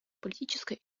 политической